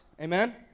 Amen